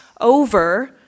over